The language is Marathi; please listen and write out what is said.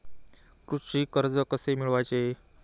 कृषी कर्ज कसे मिळवायचे?